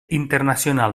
internacional